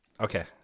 okay